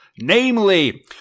namely